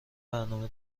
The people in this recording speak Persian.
برنامه